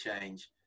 change